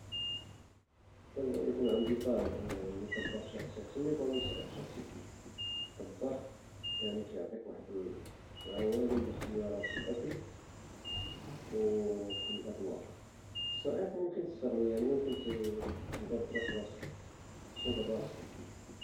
كنضن اكون عندي طاه يعني طباخ شخصي حسن ما يكون عندي سائق شخصي الطباخ كيعطيك واحد العوالم د الاختيارات في الاكل او في الادواق السائق ممكن يعني دجبر الطريق الراسك